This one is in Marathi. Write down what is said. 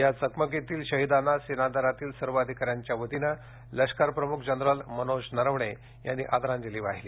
या चकमकींतील शहीदांना सेनादलातील सर्व अधिकाऱ्यांच्या वतीनं लष्करप्रमुख जनरल मनोज नरवणे यांनी आदरांजली वाहिली